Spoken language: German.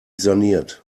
saniert